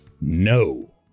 No